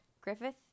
Griffith